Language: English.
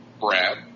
Brad